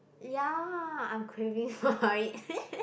ya I'm craving for it